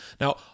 Now